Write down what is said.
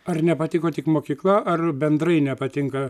ar nepatiko tik mokykla ar bendrai nepatinka